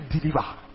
deliver